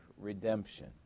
redemption